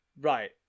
Right